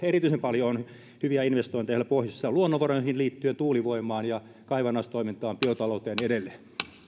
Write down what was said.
erityisen paljon on hyviä investointeja siellä pohjoisessa luonnonvaroihin liittyen tuulivoimaan ja kaivannaistoimintaan ja biotalouteen edelleen otetaan